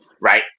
right